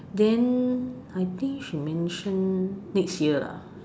then I think she mention next year lah